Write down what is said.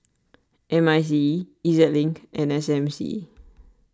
M I C E E Z Link and S M C